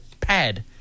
pad